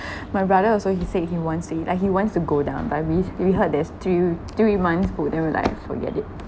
my brother also he said he wants to eat like he wants to go down but we we heard there's three three months full then we're like forget it